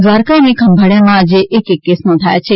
દ્વારકા અને ખંભાળિયામાં આજે એક એક કેસ નોંધાયા છે